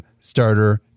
Starter